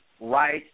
right